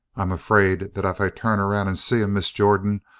i'm afraid that if i turn around and see him, miss jordan,